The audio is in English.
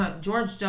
George